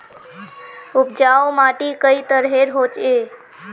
उपजाऊ माटी कई तरहेर होचए?